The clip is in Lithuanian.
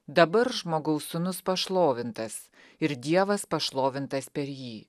dabar žmogaus sūnus pašlovintas ir dievas pašlovintas per jį